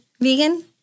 vegan